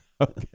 Okay